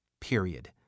period